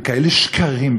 בכאלה שקרים,